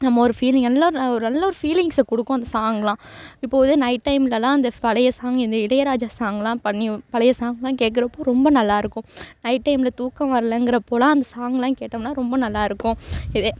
நம்ம ஒரு ஃபீலிங் எல்லாம் ஒரு நல்ல ஒரு ஃபீலிங்சை கொடுக்கும் அந்த சாங்லாம் இப்போதே நைட் டைம்லலாம் அந்த பழையை சாங் இந்த இளையராஜா சாங்லாம் பண்ணி பழையை சாங்லாம் கேட்குறப்போ ரொம்ப நல்லாருக்கும் நைட் டைமில் தூக்கம் வர்லேங்கிறப் போதுலாம் அந்த சாங்லாம் கேட்டம்னா ரொம்ப நல்லாருக்கும் இதே